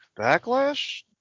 Backlash